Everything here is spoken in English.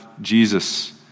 Jesus